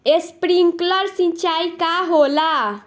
Sprinkler सिंचाई का होला?